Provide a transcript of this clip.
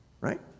right